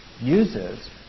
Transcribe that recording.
uses